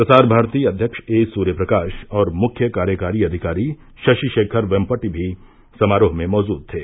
प्रसार भारती अध्यक्ष ए सूर्यप्रकाश और मुख्य कार्यकारी अधिकारी शशि शेखर वेम्पटि भी समारोह में मौजूद थे